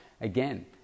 Again